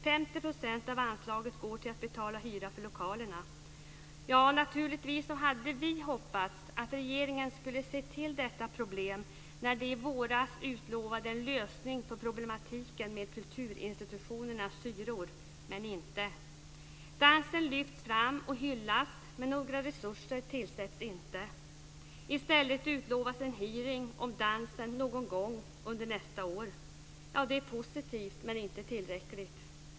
50 % av anslaget går till att betala hyra för lokalerna. Vi hade naturligtvis hoppats att regeringen skulle ta itu med detta problem när den i våras utlovade en lösning på problemen med kulturinstitutionernas hyror, men så blev det inte. Dansen lyfts fram och hyllas, men några resurser tillförs inte. I stället utlovas en hearing om dans någon gång under nästa år. Det är positivt, men inte tillräckligt.